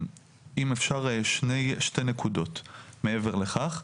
אם אפשר שתי נקודות מעבר לכך.